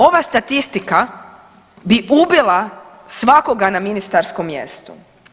Ova statistika bi ubila svakoga na ministarskom mjestu.